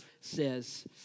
says